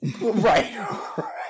right